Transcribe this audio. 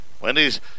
Wendy's